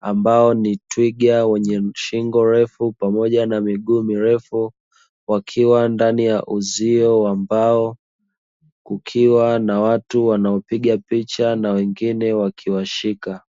ambao ni twiga wenye shingo refu pamoja na miguu mirefu, wakiwa ndani ya uzio wa mbao, kukiwa na watu wanaopiga picha na wengine wakiwashika.